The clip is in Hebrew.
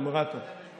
נומרטור, נומרטור.